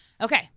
Okay